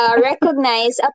recognize